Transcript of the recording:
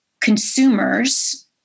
consumers